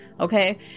Okay